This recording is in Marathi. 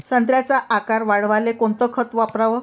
संत्र्याचा आकार वाढवाले कोणतं खत वापराव?